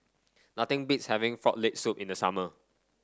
nothing beats having Frog Leg Soup in the summer